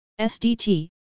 SDT